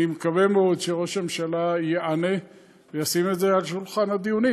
אני מקווה מאוד שראש הממשלה ייענה וישים את זה על שולחן הדיונים,